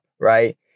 right